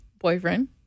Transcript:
Boyfriend